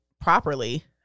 properly